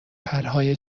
پرهای